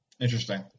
Interesting